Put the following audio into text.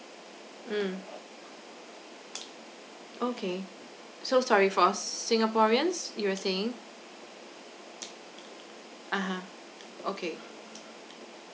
mm okay so sorry for singaporeans you were saying (uh huh) okay